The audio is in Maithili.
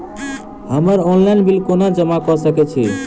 हम्मर ऑनलाइन बिल कोना जमा कऽ सकय छी?